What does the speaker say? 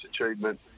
achievement